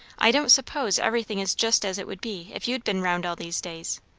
i don't suppose everything is just as it would be if you'd been round all these days.